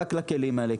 רק לכלים האלה,